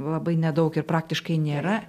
labai nedaug ir praktiškai nėra